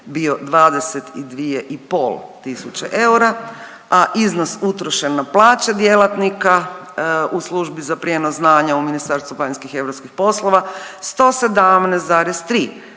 bio 22,5 tisuće eura, a iznos utrošen na plaće djelatnika u Službi za prijenos znanja u Ministarstvu vanjskih i europskih poslova 117,3